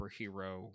superhero